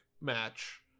match